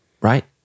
right